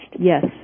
Yes